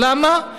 למה?